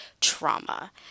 trauma